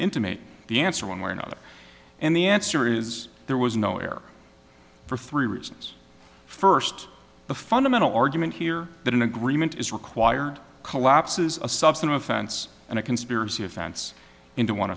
intimate the answer one way or another and the answer is there was no air for three reasons first the fundamental argument here that an agreement is required collapses a substantive offense and a conspiracy offense into